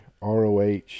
roh